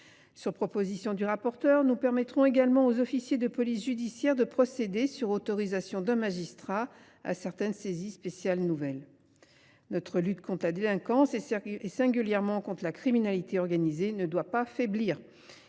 Sur proposition de la rapporteure, nous permettrons également aux officiers de police judiciaire de procéder, sur autorisation d’un magistrat, à certaines saisies spéciales nouvelles. Notre lutte contre la délinquance, et singulièrement contre la criminalité organisée, ne doit pas faiblir.